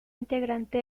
integrante